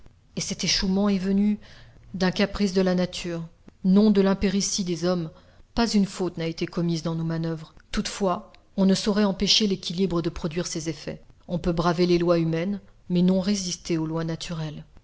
et cet échouement est venu d'un caprice de la nature non de l'impéritie des hommes pas une faute n'a été commise dans nos manoeuvres toutefois on ne saurait empêcher l'équilibre de produire ses effets on peut braver les lois humaines mais non résister aux lois naturelles